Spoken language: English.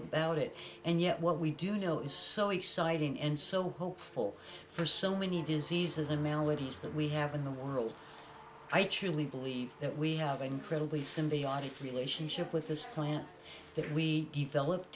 about it and yet what we do know is so exciting and so hopeful for so many diseases and maladies that we have in the world i truly believe that we have an incredibly symbiotic relationship with this plant that we developed